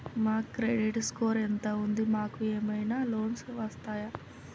మా credit score ఎంత ఉంది? మాకు ఏమైనా లోన్స్ వస్తయా?